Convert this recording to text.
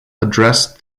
addressed